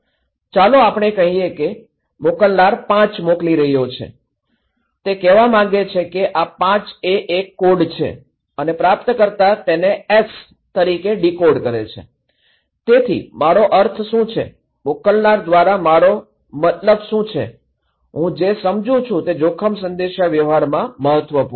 ચાલો આપણે કહીએ કે મોકલનાર ૫ મોકલી રહ્યો છે તે કહેવા માંગે છે કે આ 5 એ એક કોડ છે અને પ્રાપ્તકર્તા તેને એસ તરીકે ડીકોડ કરે છે તેથી મારો અર્થ શું છે મોકલનાર દ્વારા મારો મતલબ શું છે અને હું જે સમજું છું તે જોખમ સંદેશાવ્યવહારમાં મહત્વપૂર્ણ છે